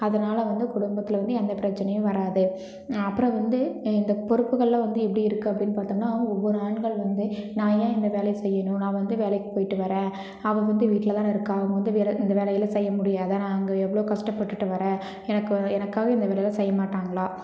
அதனால் வந்து குடும்பத்தில் வந்து எந்த பிரச்சினையும் வராது அப்புறம் வந்து இந்த பொறுப்புகளெலாம் வந்து எப்படி இருக்குது அப்படின்னு பார்த்தோம்னா அவங்க ஒவ்வொரு ஆண்கள் வந்து நான் ஏன் இந்த வேலையை செய்யணும் நான் வந்து வேலைக்கு போயிட்டு வரேன் அவள் வந்து வீட்டில்தான இருக்கா அவள் வந்து விர இந்த வேலையெல்லாம் செய்ய முடியாதா நான் அங்கே எவ்வளோ கஷ்டப்பட்டுட்டு வரேன் எனக்கு எனக்காக இந்த வேலையெல்லாம் செய்ய மாட்டாங்களா